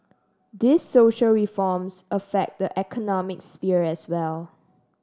these social reforms affect the economic sphere as well